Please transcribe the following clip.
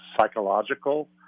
psychological